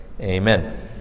amen